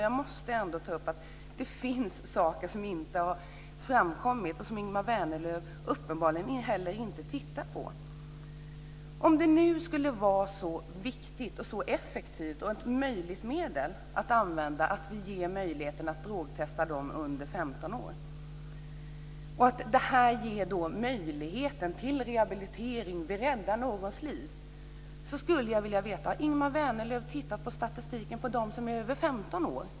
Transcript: Jag måste ändå ta upp att det finns saker som inte har framkommit och som Ingemar Vänerlöv uppenbarligen heller inte har tittat närmare på. Om det nu skulle vara så viktigt och så effektivt att drogtesta ungdomar under 15 år och om det är ett medel som kan användas för att ge möjlighet till rehabilitering, vi räddar någons liv, skulle jag vilja veta: Har Ingemar Vänerlöv tittat närmare på statistiken för dem som är över 15 år?